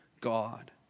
God